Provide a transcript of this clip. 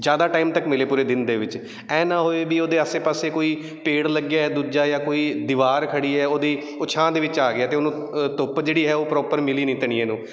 ਜ਼ਿਆਦਾ ਟਾਈਮ ਤੱਕ ਮਿਲੇ ਪੂਰੇ ਦਿਨ ਦੇ ਵਿੱਚ ਆਏ ਨਾ ਹੋਏ ਵੀ ਉਹਦੇ ਆਸੇ ਪਾਸੇ ਕੋਈ ਪੇੜ ਲੱਗਿਆ ਦੂਜਾ ਜਾਂ ਕੋਈ ਦੀਵਾਰ ਖੜ੍ਹੀ ਹੈ ਉਹ ਦੀ ਉਹ ਛਾਂ ਦੇ ਵਿੱਚ ਆ ਗਿਆ ਅਤੇ ਉਹਨੂੰ ਧੁੱਪ ਜਿਹੜੀ ਹੈ ਉਹ ਪ੍ਰੋਪਰ ਮਿਲੀ ਨਹੀਂ ਧਨੀਏ ਨੂੰ